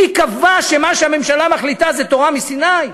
מי קבע שמה שהממשלה מחליטה זה תורה מסיני?